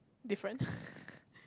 different